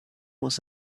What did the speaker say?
was